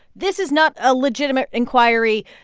this is not a legitimate inquiry.